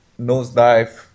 nosedive